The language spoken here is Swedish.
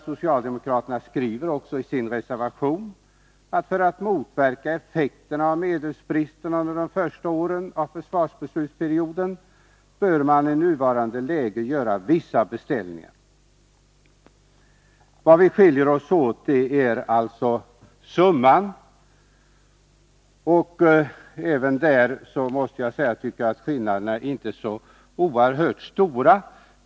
Socialdemokraterna skriver i sin reservation 1: ”För att motverka effekterna av medelsbristen under de första åren av försvarsbeslutsperioden bör man i nuvarande läge göra vissa beställningar.” Våra uppfattningar skiljer sig när det gäller summan, och inte heller på den punkten tycker jag att skillnaderna är så oerhört stora.